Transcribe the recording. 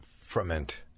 ferment